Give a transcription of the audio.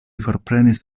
forprenis